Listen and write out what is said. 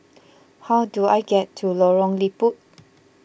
how do I get to Lorong Liput